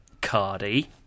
Cardi